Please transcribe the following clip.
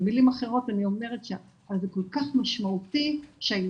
במילים אחרות אני אומרת שזה כל כך משמעותי שהילדים